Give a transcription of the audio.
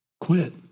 quit